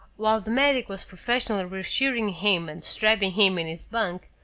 while the medic was professionally reassuring him and strapping him in his bunk,